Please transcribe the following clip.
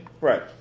Right